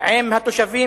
עם התושבים,